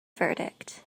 verdict